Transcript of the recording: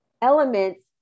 elements